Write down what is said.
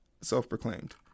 Self-proclaimed